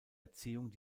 erziehung